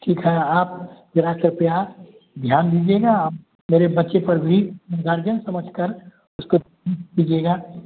ठीक है आप जरा से प्यार ध्यान दीजिएगा मेरे बच्चे पर भी गार्जियन समझ कर उसको ट्रीट कीजिएगा